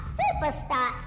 superstar